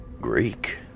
Greek